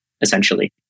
essentially